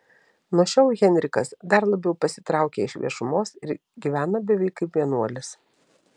nuo šiol henrikas dar labiau pasitraukia iš viešumos ir gyvena beveik kaip vienuolis